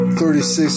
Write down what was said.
36